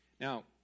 Now